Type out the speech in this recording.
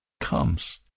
Comes